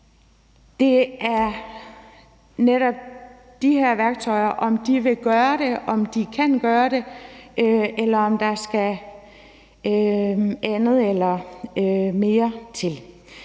det netop er de her værktøjer, der kan gøre det, eller om der skal andet eller mere til.